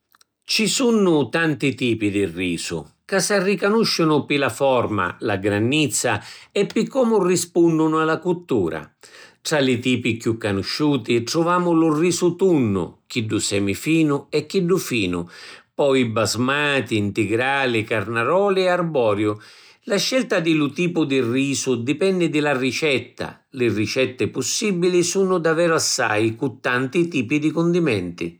Ci sunnu tanti tipi di risu, ca s’arricanusciunu pi la forma, la grannizza e pi comu rispunnunu a la cuttura. Tra li tipi chiù canusciuti truvamu lu risu tunnu, chiddu semifinu e chiddu finu. Poi Basmati, ntigrali, carnaroli e arboriu. La scelta di lu tipu di risu dipenni di la ricetta. Li ricetti pussibili sunnu daveru assai cu tanti tipi di cundimenti.